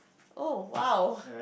oh !wow!